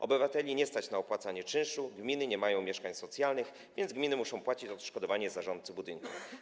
Obywateli nie stać na opłacanie czynszu, a gminy nie mają mieszkań socjalnych, więc muszą płacić odszkodowanie zarządcy budynku.